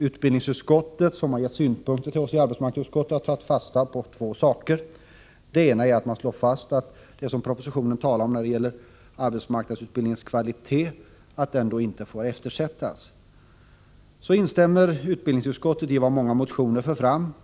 Utbildningsutskottet, som har gett synpunkter till oss i arbetsmarknadsutskottet, har tagit fasta på två saker. Man slår bl.a. fast att arbetsmarknadsutbildningens kvalitet inte får eftersättas. I detta avseende instämmer utbildningsutskottet i vad som Nr 55 föreslås i många motioner.